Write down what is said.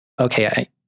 okay